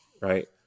right